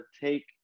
take